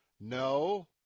No